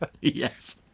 Yes